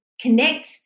connect